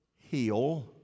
heal